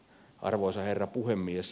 arvoisa herra puhemies